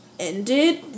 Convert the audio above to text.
ended